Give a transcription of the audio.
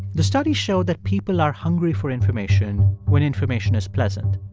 the studies show that people are hungry for information when information is pleasant.